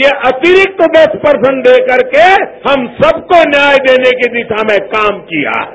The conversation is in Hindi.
ये अतिरिक्त दस प्रसेंट दे करके हम सदने न्याय देने की दि शा में काम किया है